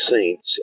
saints